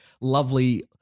lovely